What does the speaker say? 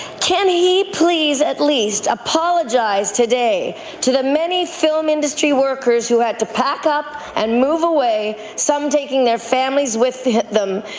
can he please at least apologize today to the many film industry workers who had to pack up and move away, some taking their families with them,